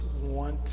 want